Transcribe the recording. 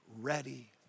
ready